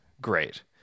great